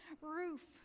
roof